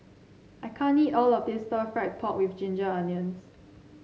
I can't eat all of this Stir Fried Pork with Ginger Onions